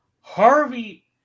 Harvey